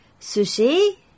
sushi